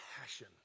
passion